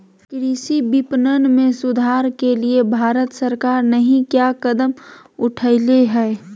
कृषि विपणन में सुधार के लिए भारत सरकार नहीं क्या कदम उठैले हैय?